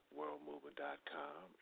worldmovement.com